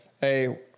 hey